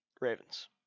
Ravens